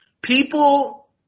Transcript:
People